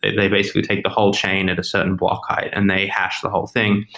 they they basically take the whole chain in a certain blockade and they hash the whole thing.